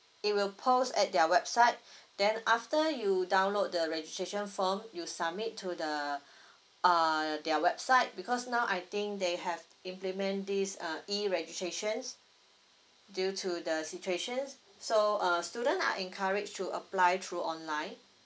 it will post at their website then after you download the registration form you submit to the uh their website because now I think they have implement this uh E registrations due to the situation so uh students are encourage to apply through online